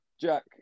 Jack